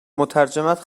مترجمت